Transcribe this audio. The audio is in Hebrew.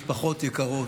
משפחות יקרות,